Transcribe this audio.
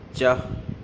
چہ